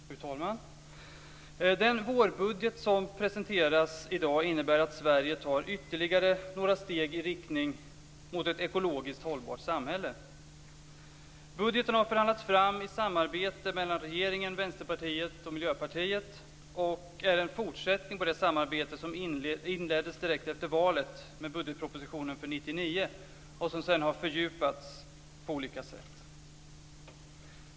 Fru talman! Den vårbudget som presenteras i dag innebär att Sverige tar ytterligare några steg i riktning mot ett ekologiskt hållbart samhälle. Budgeten har förhandlats fram i samarbete mellan regeringen, Vänsterpartiet och Miljöpartiet och är en fortsättning på det samarbete som inleddes direkt efter valet med budgetpropositionen för 1999 och som sedan har fördjupats på olika sätt.